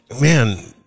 man